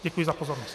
Děkuji za pozornost.